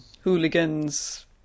Hooligans